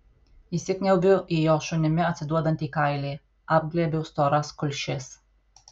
įsikniaubiu į jo šunimi atsiduodantį kailį apglėbiu storas kulšis